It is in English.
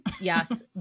Yes